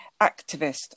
activist